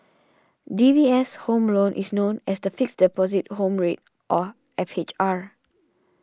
D B S' Home Loan is known as the Fixed Deposit Home Rate or F H R